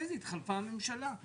ואחרי זה התחלפה הממשלה.